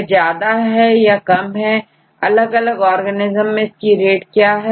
यह ज्यादा या कम है अलग अलग ORGANISM के लिए इसकी रेट क्या है